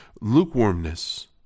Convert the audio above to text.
lukewarmness